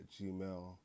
Gmail